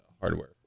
hardware